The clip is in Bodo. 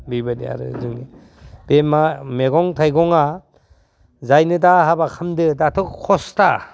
बेबायदि आरो जोंनि बे मा मैगं थाइगङा जायनो दा हाबा खामदो दाथ' खस्था